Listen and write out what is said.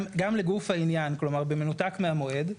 גם לגוף העניין, כלומר במנותק מהמועד,